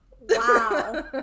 Wow